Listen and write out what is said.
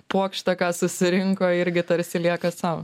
puokšte ką susirinko irgi tarsi lieka sau